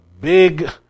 big